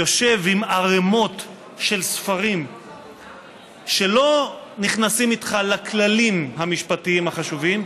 יושב עם ערימות של ספרים שלא נכנסים איתך לכללים המשפטיים החשובים